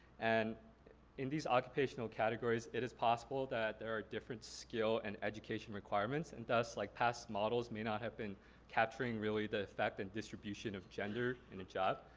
and in these occupational categories it is possible that are different skill and education requirements. and thus like past models may not have been capturing really the effect and distribution of gender in a job.